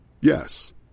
Yes